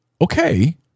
Okay